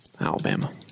Alabama